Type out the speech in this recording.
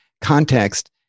context